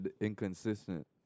inconsistent